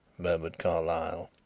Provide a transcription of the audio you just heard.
murmured carlyle.